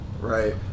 right